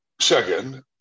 Second